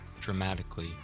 dramatically